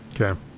Okay